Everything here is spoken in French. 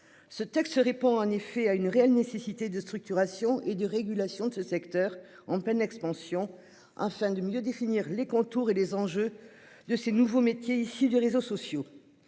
Ce texte répond en effet à une réelle nécessité de structuration et de régulation de ce secteur en pleine expansion. Afin de mieux définir les contours et les enjeux de ces nouveaux métiers issus des réseaux sociaux.